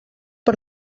per